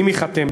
אם ייחתם,